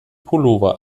pullover